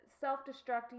self-destructing